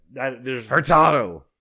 Hurtado